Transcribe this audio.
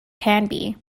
canby